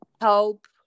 help